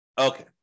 Okay